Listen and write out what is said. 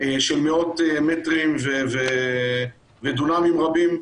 של מאות מטרים ודונמים רבים.